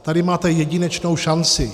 Tady máte jedinečnou šanci.